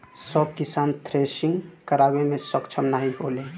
सब किसान थ्रेसिंग करावे मे सक्ष्म नाही होले